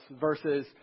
versus